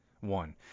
One